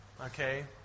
okay